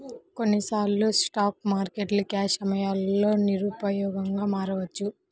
కొన్నిసార్లు స్టాక్ మార్కెట్లు క్రాష్ సమయంలో నిరుపయోగంగా మారవచ్చు